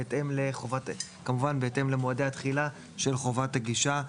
בהתאם למועדי התחילה של חובת הגישה,